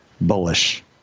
bullish